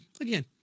again